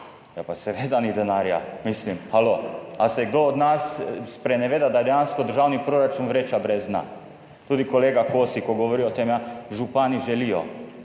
pa seveda ni denarja. Mislim, halo. Ali se kdo od nas spreneveda, da je dejansko državni proračun vreča brez dna? Tudi kolega Kosi, ko govori o tem, ja, župani želijo.